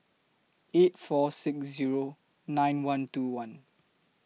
eight four six Zero nine one two one